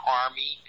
army